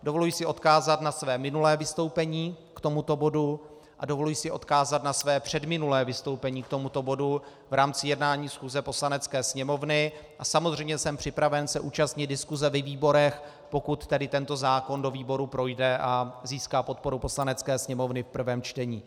Dovoluji si odkázat na své minulé vystoupení k tomuto bodu a dovoluji si odkázat na své předminulé vystoupení k tomuto bodu v rámci jednání schůze Poslanecké sněmovny a samozřejmě jsem připraven se účastnit diskuse ve výborech, pokud tedy tento zákon do výborů projde a získá podporu Poslanecké sněmovny v prvém čtení.